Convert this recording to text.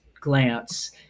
glance